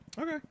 Okay